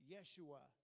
Yeshua